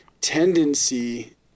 tendency